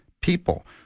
people